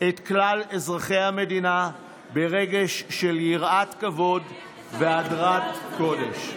את כלל אזרחי המדינה ברגש של יראת כבוד והדרת קודש.